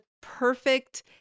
perfect